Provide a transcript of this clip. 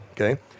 okay